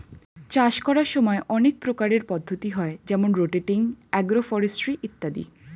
চাষ করার সময় অনেক প্রকারের পদ্ধতি হয় যেমন রোটেটিং, এগ্রো ফরেস্ট্রি ইত্যাদি